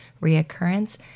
reoccurrence